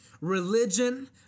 Religion